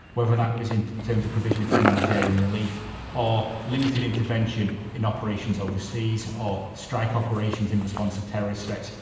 whether that was in terms of provision of humanitarian relief or limited intervention in operations overseas, or strike operations in response to terrorist threats,